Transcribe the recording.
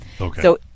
Okay